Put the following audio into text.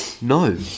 No